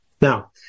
Now